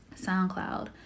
SoundCloud